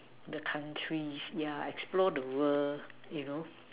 the country yeah explore the world you know